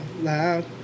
loud